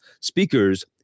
speakers